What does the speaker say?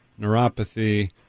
neuropathy